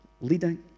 leading